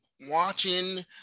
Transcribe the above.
watching